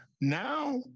now